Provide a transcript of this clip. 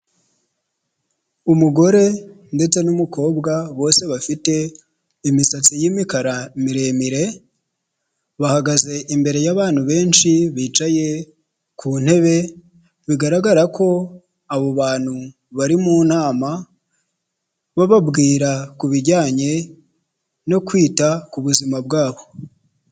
Umugore ndetse n'umukobwa bose bafite imisatsi y’imikara miremire, bahagaze imbere y'abantu benshi bicaye ku ntebe, bigaragara ko abo bantu bari mu nama bababwira ku bijyanye no kwita ku buzima bwabo.